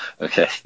okay